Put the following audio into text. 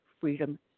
Freedom